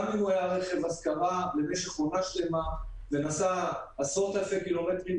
גם אם הוא היה רכב השכרה למשך עונה שלמה ונסע עשרות אלפי קילומטרים,